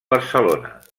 barcelona